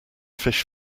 fish